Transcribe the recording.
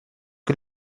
que